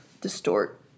distort